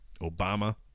Obama